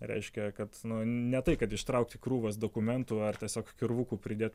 reiškia kad ne tai kad ištraukti krūvas dokumentų ar tiesiog kirvukų pridėt